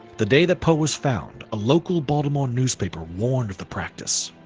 the day that poe was found, a local baltimore newspaper warned of the practice.